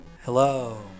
Hello